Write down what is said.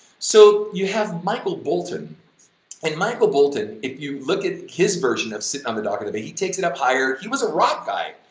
so you have michael bolton and michael bolton, if you look at his version of sittin' on the dock of the bay, but he takes it up higher, he was a rock guy,